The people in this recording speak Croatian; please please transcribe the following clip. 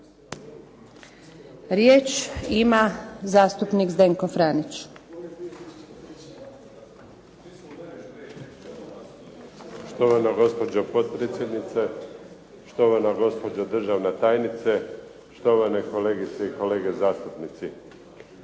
Franić. **Franić, Zdenko (SDP)** Štovana gospođo potpredsjednice, štovana gospođo državna tajnice, štovane kolegice i kolege zastupnici.